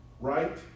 right